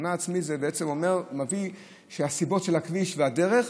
תאונה עצמית זה אומר שהסיבות הן הכביש והדרך,